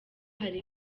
hari